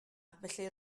felly